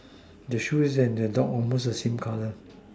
the shoes and the dog is almost the same color